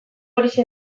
horixe